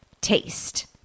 taste